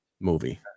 movie